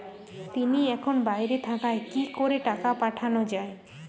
তিনি এখন বাইরে থাকায় কি করে টাকা পাঠানো য়ায়?